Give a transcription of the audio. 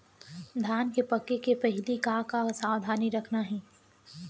धान के पके के पहिली का का सावधानी रखना हे?